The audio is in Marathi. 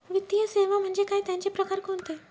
वित्तीय सेवा म्हणजे काय? त्यांचे प्रकार कोणते?